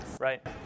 Right